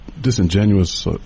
disingenuous